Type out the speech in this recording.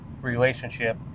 relationship